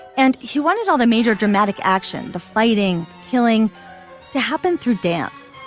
and he wanted all the major dramatic action. the fighting killing to happen through dance.